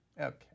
Okay